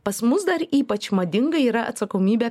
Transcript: pas mus dar ypač madinga yra atsakomybė